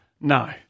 no